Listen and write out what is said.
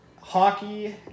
hockey